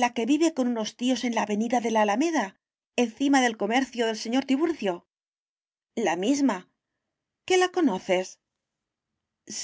la que vive con unos tíos en la avenida de la alameda encima del comercio del señor tiburcio la misma qué la conoces